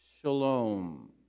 shalom